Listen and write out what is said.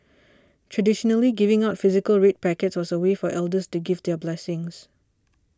traditionally giving out physical red packets was a way for elders to give their blessings